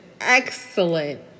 excellent